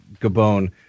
Gabon